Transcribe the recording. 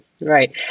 right